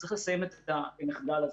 צריך לסיים את המחדל הזה.